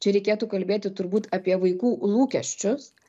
čia reikėtų kalbėti turbūt apie vaikų lūkesčius